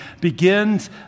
begins